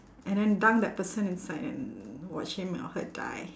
and then dunk that person inside and watch him or her die